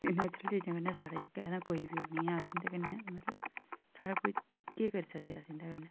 natural चीजें कन्नै साढ़ा जेह्का ऐ कोई बी होग जि'यां अस इं'दे कन्नै मतलब साढ़ा कोई केह् करी सकदा करदे अस इं'दे कन्नै